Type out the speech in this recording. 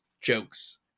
jokes